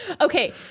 Okay